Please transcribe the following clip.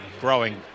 growing